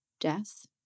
death